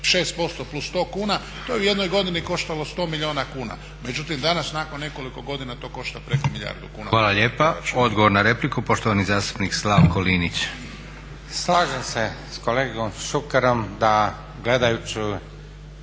6% plus 100 kuna, to je u jednoj godini koštalo 100 milijuna kuna. Međutim danas nakon nekoliko godina to košta preko milijardu kuna. **Leko, Josip (SDP)** Hvala lijepa. Odgovor na repliku, poštovani zastupnik Slavko Linić. **Linić, Slavko (Nezavisni)** Slažem se s kolegom Šukerom da gledajući